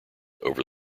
over